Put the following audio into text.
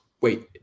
Wait